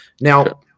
Now